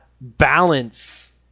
balance